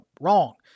wrong